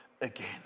again